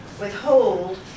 withhold